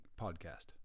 Podcast